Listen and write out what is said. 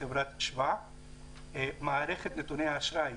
הן בהיבט של אשראי,